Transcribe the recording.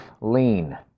Lean